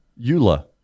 Eula